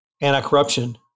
anti-corruption